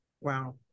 Wow